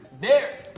dare.